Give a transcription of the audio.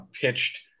pitched